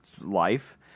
life